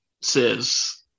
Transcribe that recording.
says